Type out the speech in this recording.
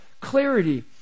clarity